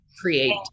Create